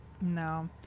No